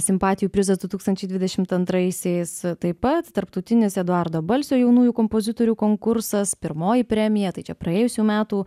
simpatijų prizas du tūkstančiai dvidešimt antraisiais taip pat tarptautinis eduardo balsio jaunųjų kompozitorių konkursas pirmoji premija tai čia praėjusių metų